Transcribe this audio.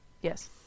Yes